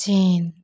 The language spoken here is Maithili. चीन